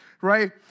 right